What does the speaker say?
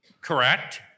correct